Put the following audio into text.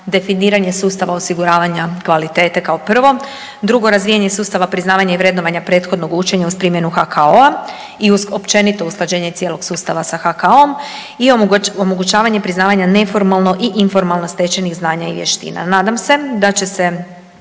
definiranje sustava osiguravanja kvalitete kao prvo, drugo razvijanje sustava, priznavanja i vrednovanja prethodnog učenja uz primjenu HKO-a i općenito usklađenje cijelog sustava sa HKO-om i omogućavanje priznavanja neformalno i informalno stečenih znanja i vještina. Nadam se da će se